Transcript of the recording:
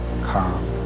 calm